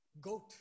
goat